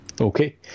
Okay